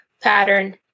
pattern